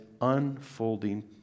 unfolding